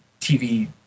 TV